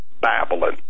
Babylon